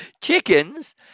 Chickens